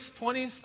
20s